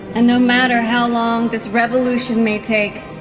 and no matter how long this revolution may take